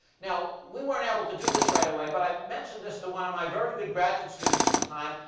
now, we weren't able to do this right away. but i mentioned this to one of my very good graduate students at the time,